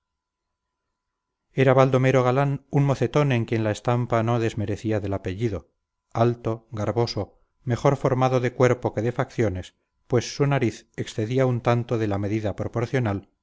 era baldomero galán un mocetón en quien la estampa no desmerecía del apellido alto garboso mejor formado de cuerpo que de facciones pues su nariz excedía un tanto de la medida proporcional